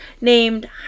named